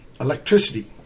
electricity